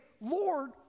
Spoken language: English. Lord